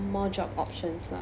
more job options lah